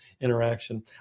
interaction